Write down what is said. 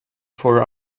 for